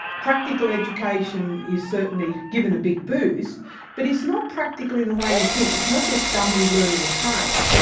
practical education is certainly given a big boost but it's not practical in a way you think it's not just dumbly learning a trade.